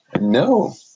No